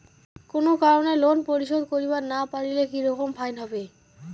কোনো কারণে লোন পরিশোধ করিবার না পারিলে কি রকম ফাইন হবে?